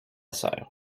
sœur